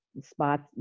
spots